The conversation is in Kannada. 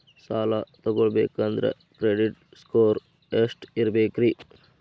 ಸಾಲ ತಗೋಬೇಕಂದ್ರ ಕ್ರೆಡಿಟ್ ಸ್ಕೋರ್ ಎಷ್ಟ ಇರಬೇಕ್ರಿ?